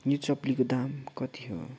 यो चप्लीको दाम कति हो